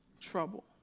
trouble